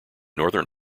northern